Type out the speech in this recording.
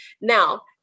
Now